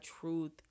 truth